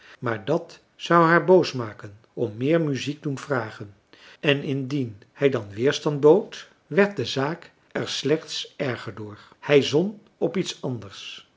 maar dat zou haar boos maken om meer muziek doen vragen en indien hij dan weerstand bood werd de zaak er slechts erger door hij zon op iets anders